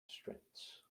strengths